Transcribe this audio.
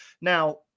Now